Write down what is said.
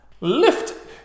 Lift